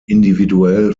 individuell